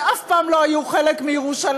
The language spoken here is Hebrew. שאף פעם לא היו חלק מירושלים,